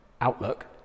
outlook